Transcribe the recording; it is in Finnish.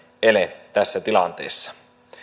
ele tässä tilanteessa